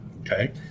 Okay